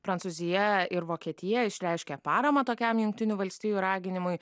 prancūzija ir vokietija išreiškė paramą tokiam jungtinių valstijų raginimui